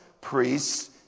priests